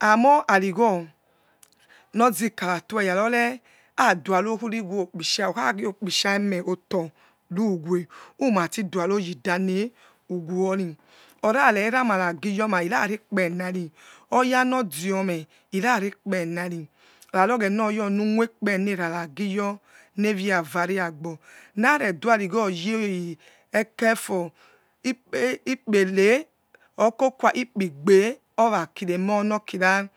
amore arisho nozokanabe weyera ore aduaro khort wokpisa whokhagio pishi meh oboritve uns bidugiro yidame uwon or are irpimaki-nagi tyoma irarek pe nari oyanodiame irarekperniki ravi oghena oyenu moikpencers nagiyor ne via vame aglbo nare duianigio yeke for ikpele okokua ikpe igbe orakiremonoking